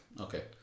Okay